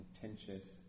contentious